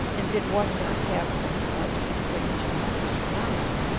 and did one not have some knowledge of these strange and wondrous phenomena,